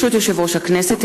ברשות יושב-ראש הכנסת,